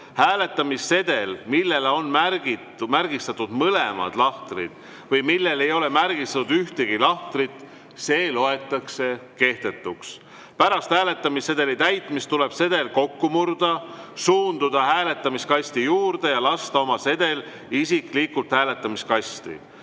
Hääletamissedel, millel on märgistatud mõlemad lahtrid või millel ei ole märgistatud ühtegi lahtrit, loetakse kehtetuks. Pärast hääletamissedeli täitmist tuleb sedel kokku murda, suunduda hääletamiskasti juurde ja lasta oma sedel isiklikult hääletamiskasti.